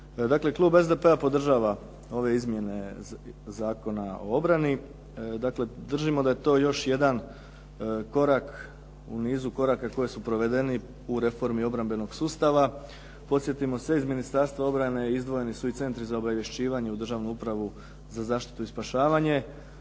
klub SDP-a podržava ove izmjene Zakona o obrani. Dakle, držimo da je to još jedan korak u nizu koraka koji su provedeni u reformi obrambenog sustava. Podsjetimo se, iz Ministarstva obrane izdvojeni su i Centri za obavješćivanje u Državnu upravu za zaštitu i spašavanje.